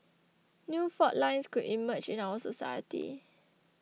new fault lines could emerge in our society